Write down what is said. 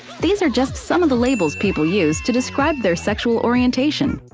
these are just some of the labels people use to describe their sexual orientation.